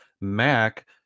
Mac